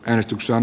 äänestyksen